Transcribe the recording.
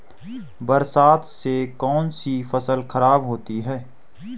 बरसात से कौन सी फसल खराब होती है?